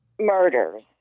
murders